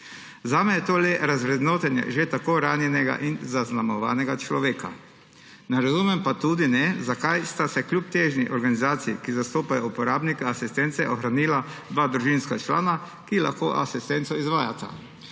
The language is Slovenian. Zame je to le razvrednotenje že tako ranjenega in zaznamovanega človeka. Ne razumem pa tudi tega, zakaj sta se kljub težnji organizacij, ki zastopajo uporabnika asistence, ohranila dva družinska člana, ki lahko asistenco izvajata.